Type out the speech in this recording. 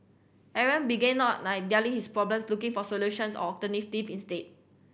Aaron began not nine dwelling his problems looking for solutions or alternative instead